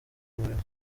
umurimo